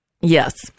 Yes